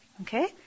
Okay